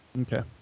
Okay